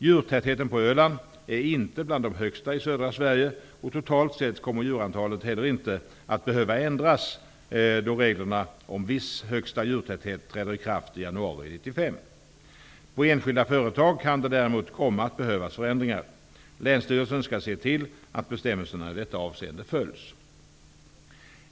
Djurtätheten på Öland är inte bland de högsta i södra Sverige, och totalt sett kommer djurantalet heller inte att behöva ändras då reglerna om viss högsta djurtäthet träder i kraft i januari 1995. På enskilda företag kan det däremot komma att behövas förändringar. Länsstyrelsen skall se till att bestämmelserna i detta avseende följs.